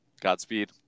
Godspeed